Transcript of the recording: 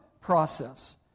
process